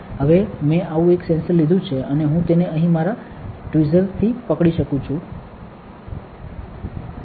હવે મેં આવુ એક સેન્સર લીધું છે અને હું તેને અહીં મારા ટ્વીઝરથી પકડી રાખું છું